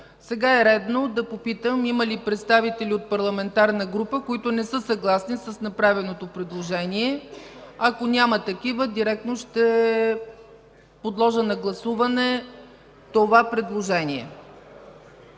Сега е редно да попитам има ли представители от парламентарна група, които не са съгласни с направеното предложение? Ако няма такива, директно ще подложа на гласуване това предложение.